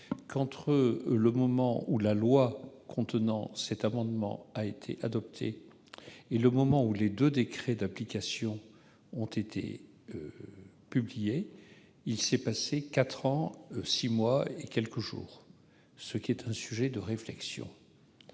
que, entre le moment où la loi contenant cet amendement a été adoptée et le moment où les deux décrets d'application ont été publiés, il s'est passé quatre ans, six mois et quelques jours, ce qui est un sujet de réflexion